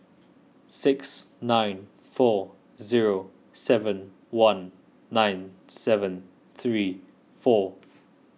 six nine four zero seven one nine seven three four